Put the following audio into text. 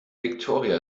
victoria